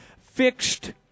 fixed